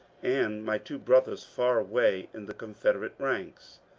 and my two brothers far away in the confederate ranks.